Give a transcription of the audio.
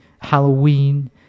Halloween